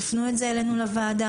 תפנו את זה אלינו לוועדה.